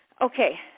Okay